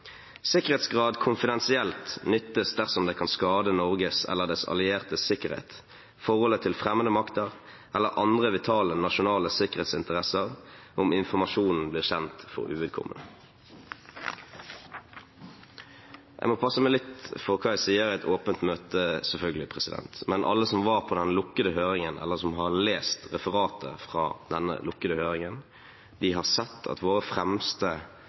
«Sikkerhetsgradering konfidensielt nyttes dersom det kan skade Norges eller dets alliertes sikkerhet, forholdet til fremmede makter eller andre vitale nasjonale sikkerhetsinteresser om informasjonen blir kjent for uvedkommende.» Jeg må passe meg litt for hva jeg sier i et åpent møte, selvfølgelig, men alle som var på den lukkede høringen, eller som har lest referatet fra den lukkede høringen, har sett at våre fremste